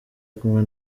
kumwe